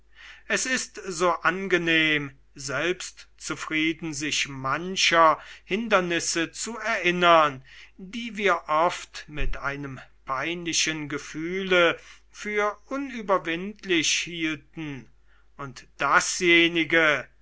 es ist so angenehm selbstzufrieden sich mancher hindernisse zu erinnern die wir oft mit einem peinlichen gefühle für unüberwindlich hielten und dasjenige